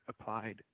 applied